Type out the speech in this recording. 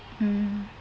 mm